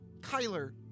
Kyler